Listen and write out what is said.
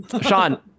Sean